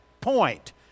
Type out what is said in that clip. point